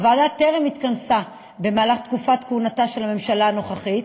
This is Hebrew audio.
הוועדה טרם התכנסה בתקופת כהונתה של הממשלה הנוכחית,